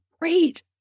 great